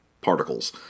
particles